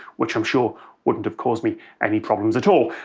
which i'm sure wouldn't have caused me any problems at all.